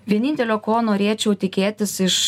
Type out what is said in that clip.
vienintelio ko norėčiau tikėtis iš